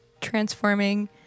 transforming